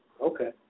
Okay